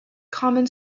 common